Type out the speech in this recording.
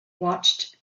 watched